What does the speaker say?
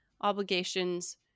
obligations